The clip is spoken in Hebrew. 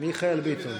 אינו נוכח דוד ביטן,